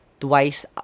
twice